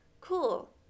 Cool